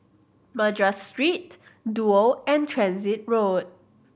Madras Street Duo and Transit Road